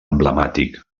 emblemàtic